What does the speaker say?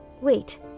Wait